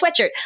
sweatshirt